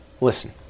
Listen